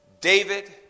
David